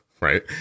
Right